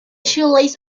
shoelace